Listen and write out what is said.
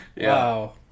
Wow